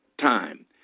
time